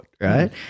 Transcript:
right